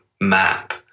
map